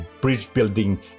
bridge-building